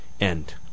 end